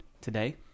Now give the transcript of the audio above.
today